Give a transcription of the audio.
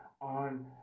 on